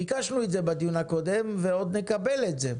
ביקשנו את זה בדיון הקודם ועוד נקבל את זה.